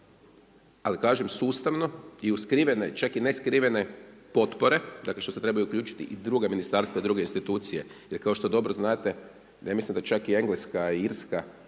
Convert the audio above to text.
ali kažem sustavno i u skrivene, čak i neskrivene potpore, dakle što se trebaju uključiti i druga ministarstva i druge institucije, jer kao što dobro znate, ja mislim da čak i Engleska i Irska,